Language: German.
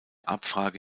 abfrage